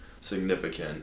significant